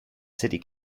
city